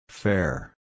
Fair